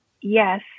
yes